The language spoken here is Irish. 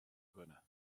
dhuine